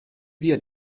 wir